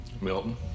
Milton